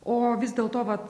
o vis dėlto vat